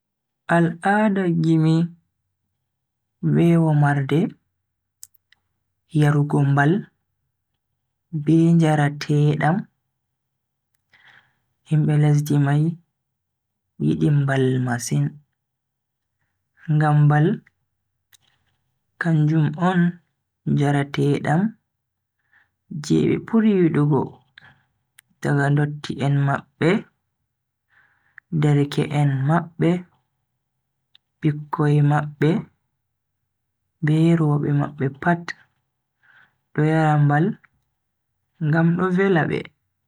Al'ada gimi be womarde, yarugo mbal, be njarateedam. Himbe lesdi mai yidi mbal masin, ngam mbal kanjum on njarateedam je be buri yidugo daga ndotti en mabbe, derke en mabbe bikkoi mabbe be roobe mabbe pat do yara mbal ngam do vela be.